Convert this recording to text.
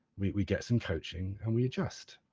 we we get some coaching, and we adjust.